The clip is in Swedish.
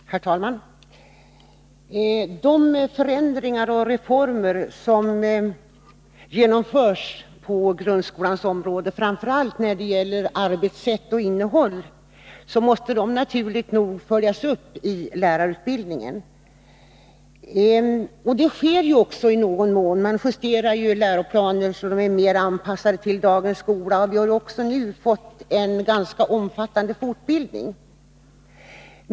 Herr talman! De förändringar och reformer som genomförs på grundskolans område, framför allt när det gäller arbetssätt och innehåll, måste naturligt nog följas upp i lärarutbildningen. Det sker också i viss mån. Läroplaner justeras för att vara mera anpassade till dagens skola, och vi har också fått en ganska omfattande fortbildning.